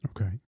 Okay